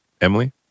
Emily